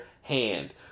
hand